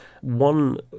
One